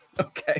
Okay